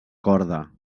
corda